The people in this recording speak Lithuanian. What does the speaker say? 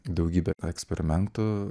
daugybę eksperimentų